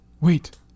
Wait